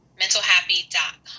Mentalhappy.com